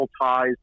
ties